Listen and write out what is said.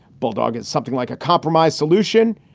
bulldog is something like a compromise solution,